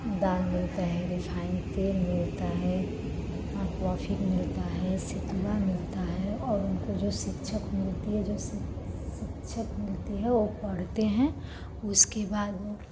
दाल मिलता है रिफाइन तेल मिलता है और प्रॉफिट मिलता है सितुआ मिलता है और उनको जो शिक्षक मिलती है जो शिक्षक मिलती है वे पढ़ते हैं उसके बाद वे